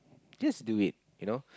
just do it you know